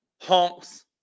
honks